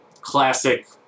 classic